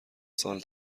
سال